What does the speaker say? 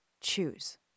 choose